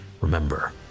remember